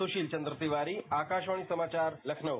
सुशील चन्द्र तिवारी आकाशवाणी समाचार लखनऊ